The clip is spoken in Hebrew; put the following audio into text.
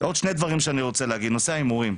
עוד שני דברים שאני רוצה להגיד, נושא ההימורים,